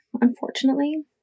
unfortunately